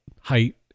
height